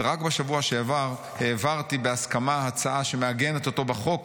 ורק בשבוע שעבר העברתי בהסכמה הצעה שמעגנת אותו בחוק,